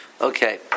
okay